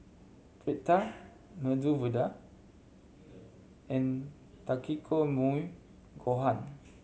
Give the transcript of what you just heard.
Pita Medu Vada and Takikomi Gohan